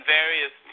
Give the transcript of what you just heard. various